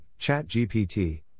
ChatGPT